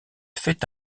fait